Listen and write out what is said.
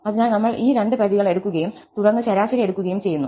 അതിനാൽ നമ്മൾ ഈ രണ്ട് പരിധികൾ എടുക്കുകയും തുടർന്ന് ശരാശരി എടുക്കുകയും ചെയ്യുന്നു